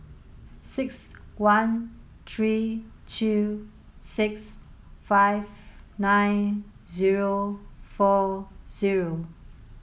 six one three two six five nine zero four zero